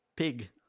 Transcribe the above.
Pig